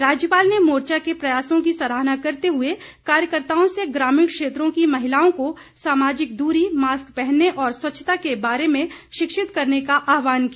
राज्यपाल ने मोर्चा के प्रयासों की सराहना करते हुए कार्यकर्ताओं से ग्रामीण क्षेत्रों की महिलाओं को सामाजिक दूरी मास्क पहनने और स्वच्छता के बारे में शिक्षित करने का आहवान किया